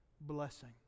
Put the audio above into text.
blessing